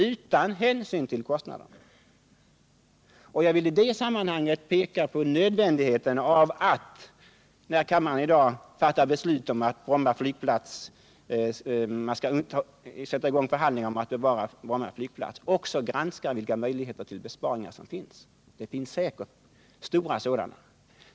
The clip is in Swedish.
Jag vill när kammaren i dag fattar beslut om att sätta i gång för = Nr 52 handlingar om att bevara Bromma flygplats peka på nödvändigheten av Torsdagen den att också granska de möjligheter till besparingar som finns. Det är sä 15 december 1977 kerligen stora.